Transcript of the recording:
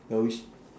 what wish